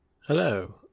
Hello